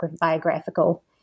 biographical